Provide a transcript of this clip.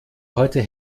heute